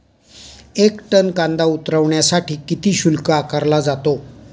एक टन कांदा उतरवण्यासाठी किती शुल्क आकारला जातो?